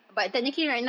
a'ah